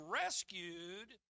rescued